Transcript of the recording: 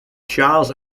charles